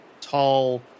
tall